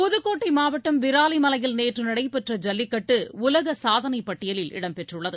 புதுக்கோட்டை மாவட்டம் விராலிமலையில் நேற்று நடைபெற்ற ஜல்லிக்கட்டு உலக சாதனைப் பட்டியலில் இடம் பெற்றுள்ளது